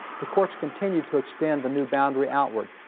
the courts continued to extend the new boundary outward.